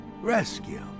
Rescue